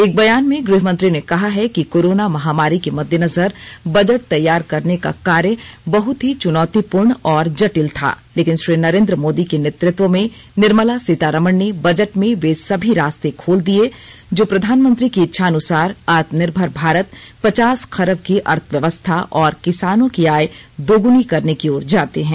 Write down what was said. एक बयान में गृह मंत्री ने कहा है कि कोरोना महामारी के मद्देनजर बजट तैयार करने का कार्य बहुत ही चुनौतीपूर्ण और जटिल था लेकिन श्री नरेन्द्र मोदी के नेतृत्व में निर्मला सीतारामन ने बजट में वे सभी रास्ते खोल दिए जो प्रधानमंत्री की इच्छानुसार आत्ममनिर्भर भारत पचास खरब की अर्थव्ययवस्था और किसानों की आय दुगुनी करने की ओर जाते हैं